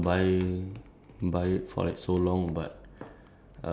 surprise like surprised lah like I I didn't even expect it ya